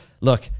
look